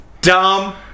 dumb